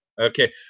Okay